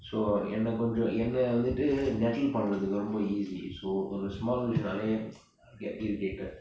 so எனா கொன்ஜொ எனா வந்துட்டு:yena konjo yena vanthuttu meddle பன்ரதுக்கு ரொம்ப:pandrathukku romba easy so ஒறு:oru small விஷயம் நாலே:vishayam naale I will get irritated